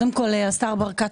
השר ברקת,